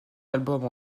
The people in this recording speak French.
albums